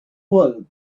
wool